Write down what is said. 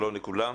שלום לכולם,